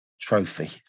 trophy